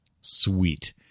Sweet